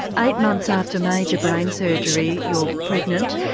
eight months after major brain surgery you are pregnant,